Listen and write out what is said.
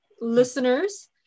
Listeners